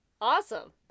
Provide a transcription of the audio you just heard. Awesome